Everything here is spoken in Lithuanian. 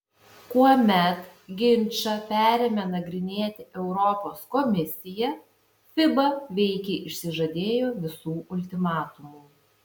kuomet ginčą perėmė nagrinėti europos komisija fiba veikiai išsižadėjo visų ultimatumų